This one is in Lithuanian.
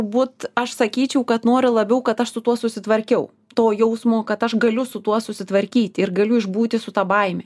būt aš sakyčiau kad noriu labiau kad aš su tuo susitvarkiau to jausmo kad aš galiu su tuo susitvarkyti ir galiu išbūti su ta baime